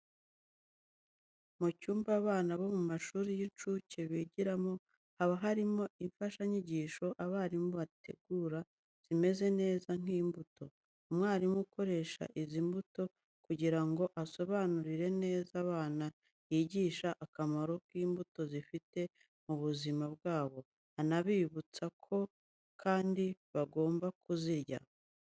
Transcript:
Mu cyumba abana bo mu mashuri y'incuke bigiramo, haba harimo imfashanyigisho abarimu bategura zimeze neza nk'imbuto. Umwarimu akoresha izi mbuto, kugira ngo asobanurire neza abana yigisha akamaro imbuto zifite mu buzima bwabo. Anabibutsa kandi ko bagomba kuzirya.